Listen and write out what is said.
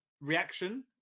reaction